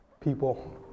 people